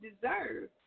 deserve